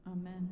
Amen